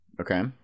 Okay